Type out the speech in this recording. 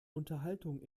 unterhaltung